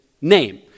name